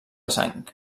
sang